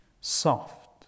soft